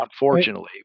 unfortunately